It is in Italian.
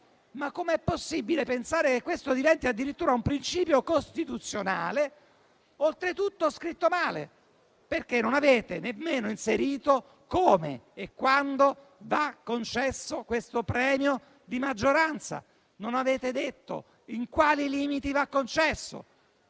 Ma com'è possibile pensare che questo diventi addirittura un principio costituzionale? Oltretutto scritto male, perché non avete nemmeno inserito come e quando va concesso questo premio di maggioranza e non avete detto in quali limiti va concesso.